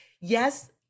yes